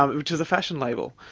um which is a fashion label.